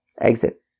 exit